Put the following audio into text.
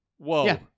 Whoa